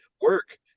work